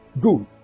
Good